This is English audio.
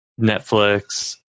Netflix